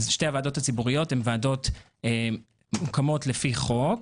שתיהן ועדות מוקמות לפי חוק.